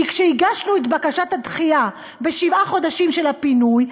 כי כשהגשנו את בקשת הדחייה בשבעה חודשים של הפינוי,